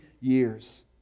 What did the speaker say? years